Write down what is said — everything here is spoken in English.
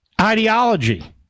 ideology